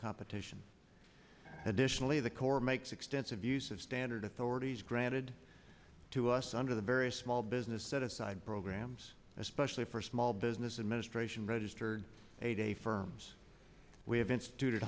competition additionally the corps makes extensive use of standard authorities granted to us under the various small business set aside programs especially for small business administration registered a firm's we have instituted